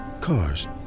cars